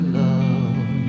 love